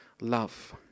love